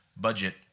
budget